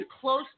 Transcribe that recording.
close